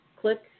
click